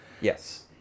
Yes